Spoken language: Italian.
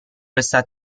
questa